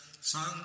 sun